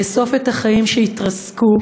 לאסוף את החיים שהתרסקו,